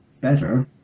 better